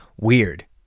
Weird